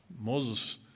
Moses